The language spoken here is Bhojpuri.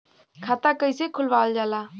खाता कइसे खुलावल जाला?